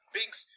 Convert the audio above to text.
Binks